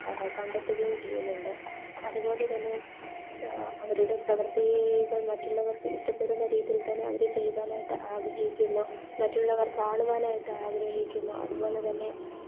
കണ്ടെത്തുകയും ചെയ്യുന്നുണ്ട് അതുപോലെത്തന്നെ അവരുടെ പ്രവർത്തികൾ മറ്റുള്ളവർക്ക് ഇഷ്ടപ്പെടുന്ന രീതിയിൽ തന്നെ അവർ ചെയ്യുവാനായിട്ട് ആഗ്രഹിക്കുന്നു മറ്റുള്ളവർ കാണുവാനായിട്ട് ആഗ്രഹിക്കുന്നു അതുപോലെത്തന്നെ